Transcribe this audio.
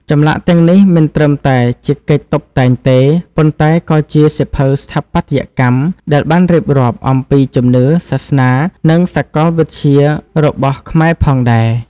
ចម្លាក់ទាំងនេះមិនត្រឹមតែជាកិច្ចតុបតែងទេ ប៉ុន្តែក៏ជាសៀវភៅស្ថាបត្យកម្មដែលបានរៀបរាប់អំពីជំនឿសាសនានិងសកលវិទ្យារបស់ខ្មែរផងដែរ។